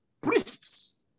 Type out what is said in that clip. priests